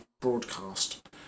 broadcast